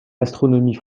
l’astronomie